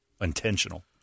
intentional